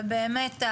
באמת,